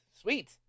Sweet